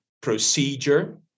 procedure